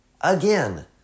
again